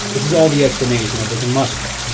this is all the explanation that they can muster.